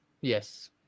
Yes